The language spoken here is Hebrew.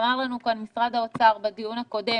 אמר לנו כאן משרד האוצר בדיון הקודם.